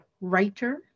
writer